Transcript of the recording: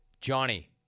Johnny